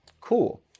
Cool